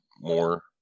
more